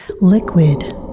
liquid